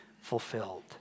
fulfilled